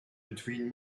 between